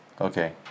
Okay